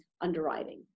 underwriting